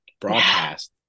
broadcast